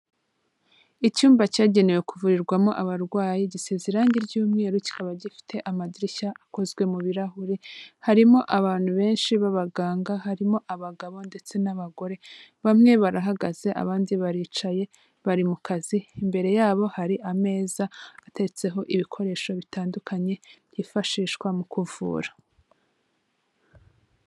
Icyumba cyagenewe kuvurirwamo abarwayi, gisize irangi ry'umweru kikaba gifite amadirishya akozwe mu birahure, harimo abantu benshi b'abaganga harimo abagabo ndetse n'abagore, bamwe barahagaze abandi baricaye bari mu kazi, imbere yabo hari ameza ateretseho ibikoresho bitandukanye byifashishwa mu kuvura.